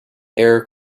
air